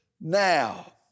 now